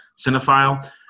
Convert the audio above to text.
cinephile